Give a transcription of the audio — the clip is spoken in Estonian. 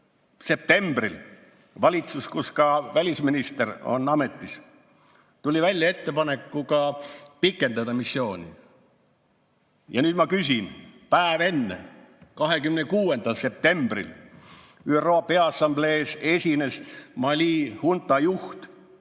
septembril valitsus, kus ka välisminister on ametis, tuli välja ettepanekuga pikendada missiooni. Ja nüüd ma küsin: päev enne, 26. septembril esines ÜRO Peaassamblees Mali hunta juht